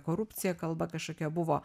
korupciją kalba kažkokia buvo